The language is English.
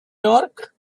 york